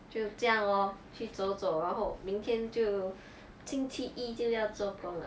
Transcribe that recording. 就这样 lor 去走走然后明天就星期一就要做工了